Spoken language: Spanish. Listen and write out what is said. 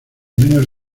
menos